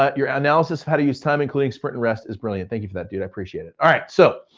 ah your analysis of how to use time including sprint and rest is brilliant. thank you for that, dude, i appreciate it. alright, so,